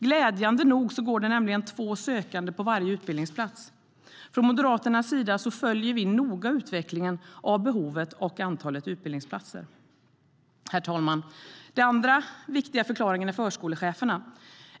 Glädjande nog går det nämligen två sökande på varje utbildningsplats. Från Moderaternas sida följer vi noga utvecklingen av behovet och antalet utbildningsplatser. Den andra viktiga förklaringen är förskolecheferna.